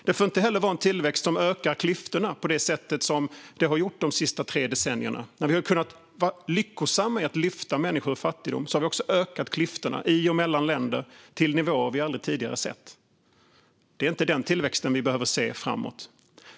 Det får inte heller vara en tillväxt som ökar klyftorna på det sätt som har skett de senaste tre decennierna. När vi har varit lyckosamma i att lyfta människor ur fattigdom har vi också ökat klyftorna i och mellan länder till nivåer vi aldrig tidigare har sett. Det är inte den tillväxten vi behöver se framåt.